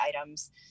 items